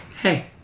hey